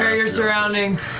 ah your surroundings.